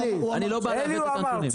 אני לא בא לעוות את הנתונים.